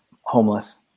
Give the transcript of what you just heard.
homeless